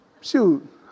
Shoot